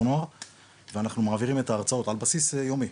נוער ואנחנו מעבירים את ההרצאות על בסיס יומי,